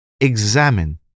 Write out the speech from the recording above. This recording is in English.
Examine